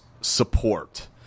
support